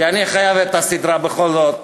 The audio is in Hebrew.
כי אני חייב את הסדרה, בכל זאת.